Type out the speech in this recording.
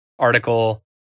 Article